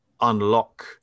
unlock